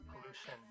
pollution